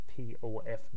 pof